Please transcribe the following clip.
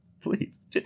please